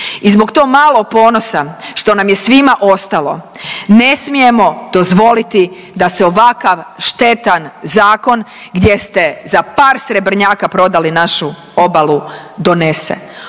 i zbog to malo ponosa što nam je svima ostalo ne smijemo dozvoliti da se ovakav štetan zakon gdje ste za par srebrnjaka prodali našu obalu, donese.